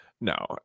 no